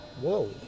whoa